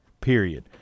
period